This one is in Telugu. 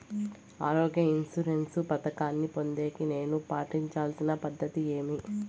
ఆరోగ్య ఇన్సూరెన్సు పథకాన్ని పొందేకి నేను పాటించాల్సిన పద్ధతి ఏమి?